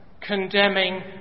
condemning